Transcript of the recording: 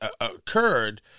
occurred